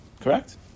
Correct